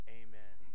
amen